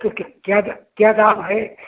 तो क्या क्या दाम है